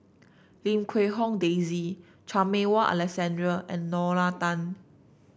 Lim Quee Hong Daisy Chan Meng Wah Alexander and Lorna Tan